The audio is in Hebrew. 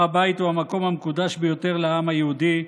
הר הבית הוא המקום המקודש ביותר לעם היהודי,